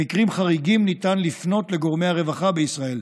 במקרים חריגים ניתן לפנות לגורמי הרווחה בישראל,